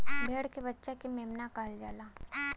भेड़ के बच्चा के मेमना कहल जाला